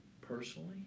personally